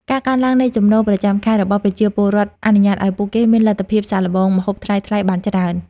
ការកើនឡើងនៃចំណូលប្រចាំខែរបស់ប្រជាពលរដ្ឋអនុញ្ញាតឱ្យពួកគេមានលទ្ធភាពសាកល្បងម្ហូបថ្លៃៗបានច្រើន។